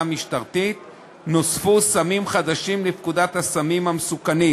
המשטרתית נוספו סמים חדשים לפקודת הסמים המסוכנים.